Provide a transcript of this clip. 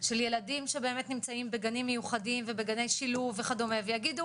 של ילדים שבאמת נמצאים בגנים מיוחדים ובגני שילוב וכדומה ויגידו